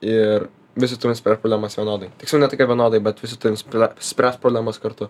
ir visi turim spręst problemas vienodai tiksliau ne tai kad vienodai bet visi turim prę spręs problemas kartu